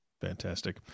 fantastic